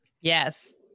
Yes